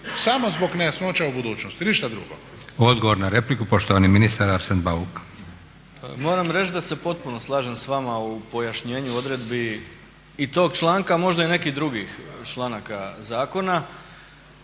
**Leko, Josip (SDP)** Hvala lijepa. Odgovor na repliku, poštovani ministar Arsen Bauk. **Bauk, Arsen (SDP)** Moram reći da se potpuno slažem s vama u pojašnjenju odredbi i tog članka, možda i nekih drugih članaka zakona.